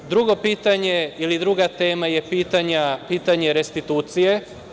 Drugo pitanje ili druga tema je pitanje restitucije.